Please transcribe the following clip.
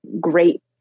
great